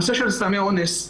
נושא של סמי אונס,